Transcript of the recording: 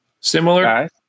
similar